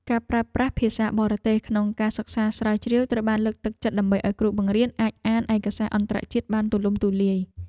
ការប្រើប្រាស់ភាសាបរទេសក្នុងការសិក្សាស្រាវជ្រាវត្រូវបានលើកទឹកចិត្តដើម្បីឱ្យគ្រូបង្រៀនអាចអានឯកសារអន្តរជាតិបានទូលំទូលាយ។